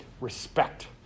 respect